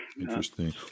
Interesting